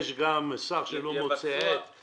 היא הייתה בנוסח המקורי של התקנות.